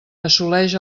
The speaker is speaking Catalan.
assoleix